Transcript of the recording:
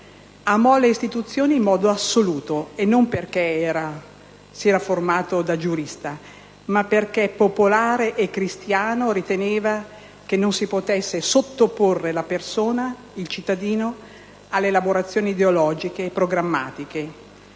Amò le istituzioni in modo assoluto, e non perché si era formato da giurista, ma perché, popolare e cristiano, riteneva che non si potesse sottoporre la persona, il cittadino alle elaborazioni ideologiche e programmatiche.